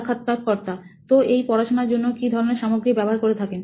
সাক্ষাৎকারকর্তা তো এই পড়াশুনার জন্য কি ধরণের সামগ্রী ব্যবহার করে থাকেন